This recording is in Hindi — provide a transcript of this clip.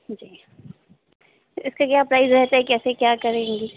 जी इसका क्या प्राइज़ रहता है कैसे क्या करेंगे